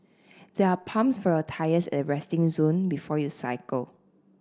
there are pumps for your tyres at the resting zone before you cycle